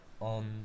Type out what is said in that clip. on